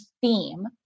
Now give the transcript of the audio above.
theme